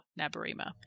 Nabarima